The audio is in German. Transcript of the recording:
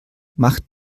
macht